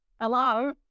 Hello